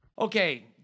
Okay